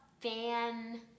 fan